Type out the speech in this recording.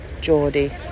geordie